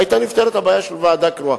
היתה נפתרת הבעיה של ועדה קרואה.